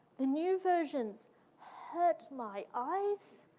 the new versions hurt my eyes.